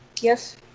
Yes